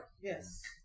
yes